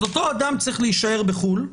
אז אותו אדם צריך להישאר בחו"ל,